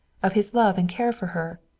of his love and care for her,